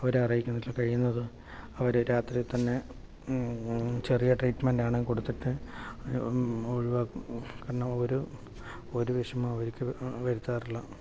അവരെ അറിയിക്കാതെ കഴിയുന്നതും അവരെ രാത്രി തന്നെ ചെറിയ ട്രീറ്റ്മെറ്റാണെങ്കിൽ കൊടുത്തിട്ട് ഒഴിവാക്കും കാരണം ഒരു ഒരു വിഷമവും അവർക്ക് വരുത്താറില്ല